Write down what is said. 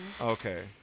okay